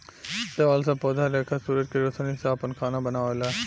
शैवाल सब पौधा लेखा सूरज के रौशनी से आपन खाना बनावेला